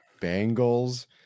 Bengals